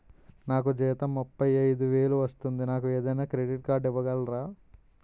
నాకు జీతం ముప్పై ఐదు వేలు వస్తుంది నాకు ఏదైనా క్రెడిట్ కార్డ్ ఇవ్వగలరా?